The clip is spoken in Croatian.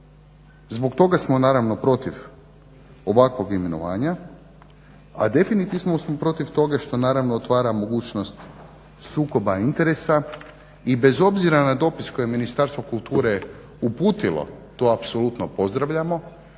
Zbog toga smo naravno protiv ovakvog imenovanja, a definitivno smo protiv toga što naravno otvara mogućnost sukoba interesa i bez obzira na dopis koji je Ministarstvo kulture uputilo to apsolutno pozdravljamo,